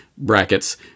brackets